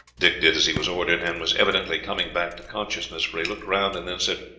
dick did as he was ordered, and was evidently coming back to consciousness, for he looked round, and then said,